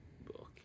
book